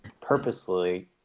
purposely